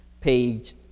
page